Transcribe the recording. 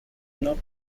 not